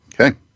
okay